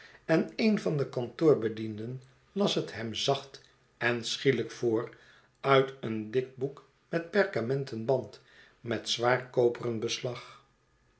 en een van de kantoorbedienden las het hem zacht en schielijk voor uit een dik boek met perkamenten band met zwaar koperen beslag